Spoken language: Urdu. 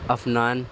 عفنان